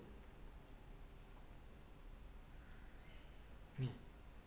ya